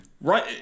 Right